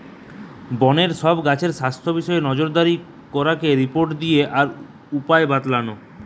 বনের সব গাছের স্বাস্থ্য বিষয়ে নজরদারি করিকি রিপোর্ট দিয়া আর উপায় বাৎলানা